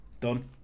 done